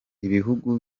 ibihugu